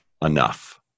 enough